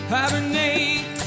Hibernate